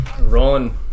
rolling